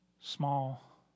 small